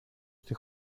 στη